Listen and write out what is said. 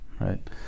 right